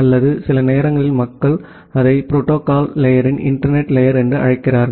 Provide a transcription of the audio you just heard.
அல்லது சில நேரங்களில் மக்கள் அதை புரோட்டோகால் லேயர்ரின் இன்டர்நெட் லேயர் என்று அழைக்கிறார்கள்